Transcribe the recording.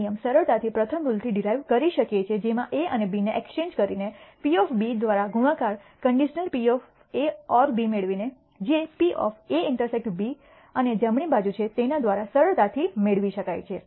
આ નિયમ સરળતાથી પ્રથમ રુલ થી ડીરાઈવ કરી શકીએ છીએ જેમાં A અને B એક્સચેન્જ કરી ને અને P દ્વારા ગુણાકાર કન્ડિશનલ PA|B મેળવીને જે PA ∩ B અને જમણી બાજુ છે તેના દ્વારા સરળતાથી મેળવી શકાય છે